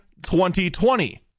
2020